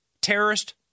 terrorist